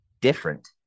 different